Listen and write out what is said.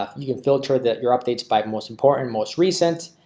ah you can filter that your updates by most important most recent